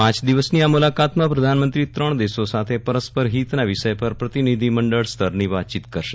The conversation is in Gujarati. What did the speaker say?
પાંચ દિવસની આ મુલાકાતમાં પ્રધાનમંત્રી ત્રણ દેશો સાથે પરસ્પર હિતના વિષય પર પ્રતિનિધિમંડળ સ્તરની વાતચીત કરશે